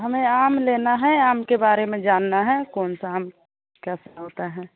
हमें आम लेना है आम के बारे में जानना है कौन सा आम कैसा होता है